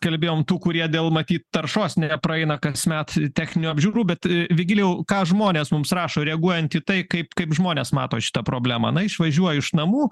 kalbėjom tų kurie dėl matyt taršos nepraeina kasmet techninių apžiūrų bet vigilijau ką žmonės mums rašo reaguojant į tai kaip kaip žmonės mato šitą problemą na išvažiuoju iš namų